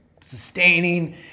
sustaining